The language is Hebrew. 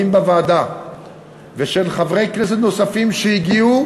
בוועדה ושל חברי כנסת נוספים שהגיעו,